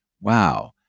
Wow